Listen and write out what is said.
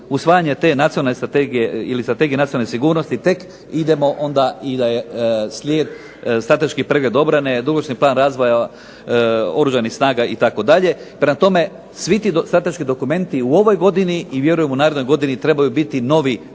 usvajanja te strategije ili Strategije nacionalne sigurnosti tek idemo onda slijed je strateški pregled obrane, dugoročni plan razvoja Oružanih snaga itd. Prema tome, svi ti strateški dokumenti u ovoj godini i vjerujem u narednoj godini trebaju biti novi